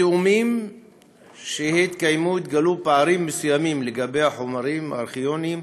בתיאומים שהתקיימו התגלו פערים מסוימים לגבי החומרים הארכיוניים